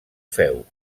feu